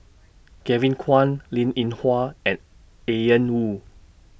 Kevin Kwan Linn in Hua and Ian Woo